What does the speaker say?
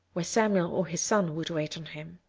where samuel or his son would wait on him.